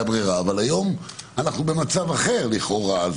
ברירה אבל היום אנחנו במצב אחר לכאורה.